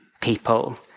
people